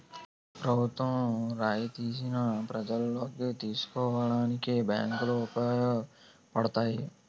ప్రభుత్వ రాయితీలను ప్రజల్లోకి తీసుకెళ్లడానికి బ్యాంకులు ఉపయోగపడతాయి